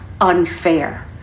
unfair